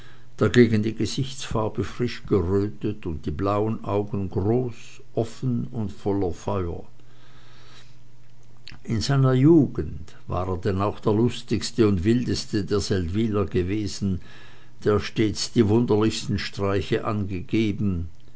dagegen die gesichtsfarbe frisch gerötet und die blauen augen groß offen und voll feuer in seiner jugend war er denn auch der lustigste und wildeste der seldwyler gewesen der stets die wunderlichsten streiche angegeben